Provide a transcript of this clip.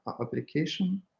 application